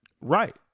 Right